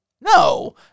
No